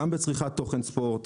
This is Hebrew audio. גם בצריכת תוכן ספורט,